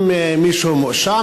אם מישהו מואשם,